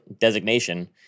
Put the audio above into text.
designation